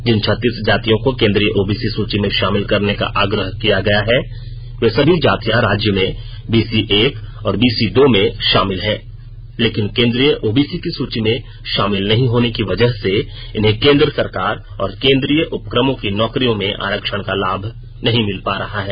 जिन छत्तीस जातियों को केंद्रीय ओबीसी सूची में भाामिल करने का आग्रह किया गया है वे सभी जातियां राज्य में बीसी एक और बीसी दो में शामिल है लेकिन केंद्रीय ओबीसी की सूची में शामिल नहीं होने की वजह से इन्हें केंद्र सरकार और केंद्रीय उपक्रमों की नौकरियों में आरक्षण का लाभ नहीं मिल पा रहा है